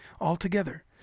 altogether